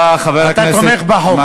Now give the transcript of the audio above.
תודה רבה, חבר הכנסת מקלב.